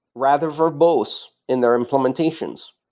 rather verbose in their implementations.